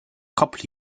couple